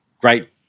great